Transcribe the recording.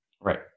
Right